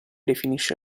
definisce